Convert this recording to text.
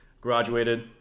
graduated